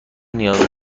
نیاز